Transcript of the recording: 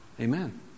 Amen